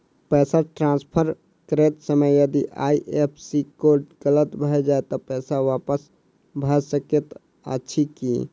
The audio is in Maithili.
पैसा ट्रान्सफर करैत समय यदि आई.एफ.एस.सी कोड गलत भऽ जाय तऽ पैसा वापस भऽ सकैत अछि की?